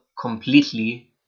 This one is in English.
completely